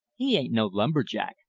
he ain't no lumber-jack!